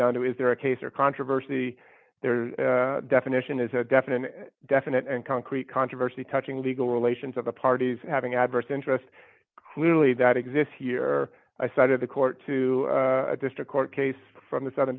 down to is there a case or controversy there definition is a definite definite and concrete controversy touching legal relations of the parties having adverse interest clearly that exists here i cited the court to a district court case from the southern